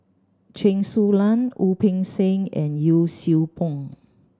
Chen Su Lan Wu Peng Seng and Yee Siew Pun